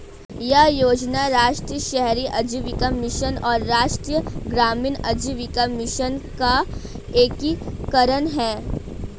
यह योजना राष्ट्रीय शहरी आजीविका मिशन और राष्ट्रीय ग्रामीण आजीविका मिशन का एकीकरण है